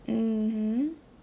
mmhmm